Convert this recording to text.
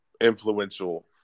influential